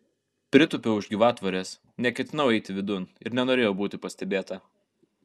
pritūpiau už gyvatvorės neketinau eiti vidun ir nenorėjau būti pastebėta